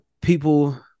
people